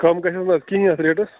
کَم گژھٮ۪س نہَ حظ کِہیٖنۍ اَتھ ریٹس